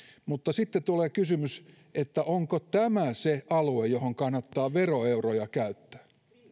mutta sitten tulee kysymys onko tämä se alue johon kannattaa veroeuroja käyttää